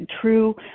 true